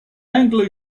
anglo